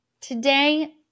Today